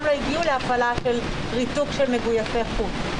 לא הגיעו להפעלת ריתוק של מגויסי חוץ.